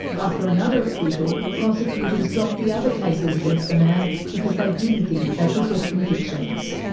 after another acquittal, prosecutors dropped the other cases against the man because they didn't think they could get convictions.